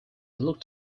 looked